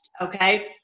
Okay